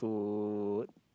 to